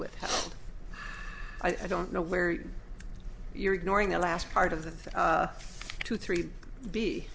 with i don't know where you're ignoring the last part of the thing two three b